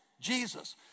Jesus